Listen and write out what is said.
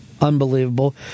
Unbelievable